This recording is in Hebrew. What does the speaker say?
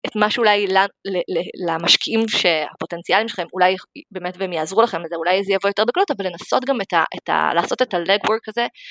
את מה שאולי למשקיעים שהפוטנציאלים שלכם אולי באמת והם יעזרו לכם לזה אולי זה יבוא יותר דקות אבל לנסות גם לעשות את הלג וורק הזה.